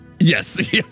Yes